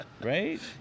right